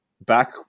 back